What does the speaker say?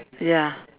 ya